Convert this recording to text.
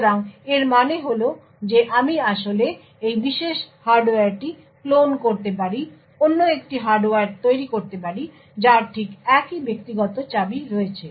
সুতরাং এর মানে হল যে আমি আসলে এই বিশেষ হার্ডওয়্যারটি ক্লোন করতে পারি অন্য একটি হার্ডওয়্যার তৈরি করতে পারি যার ঠিক একই ব্যক্তিগত চাবি রয়েছে